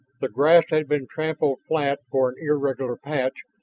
the grass had been trampled flat for an irregular patch,